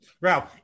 Ralph